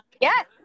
Yes